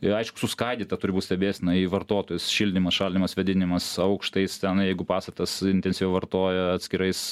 ir aišku suskaidyta turi būt stebėsena į vartotojus į šildymas šaldymas vėdinimas aukštais ten jeigu pastatas intensyviau vartoja atskirais